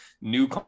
new